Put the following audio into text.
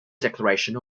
declaration